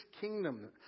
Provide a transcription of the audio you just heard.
kingdom